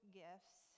gifts